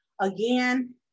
Again